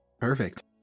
perfect